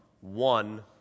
one